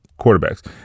quarterbacks